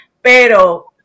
Pero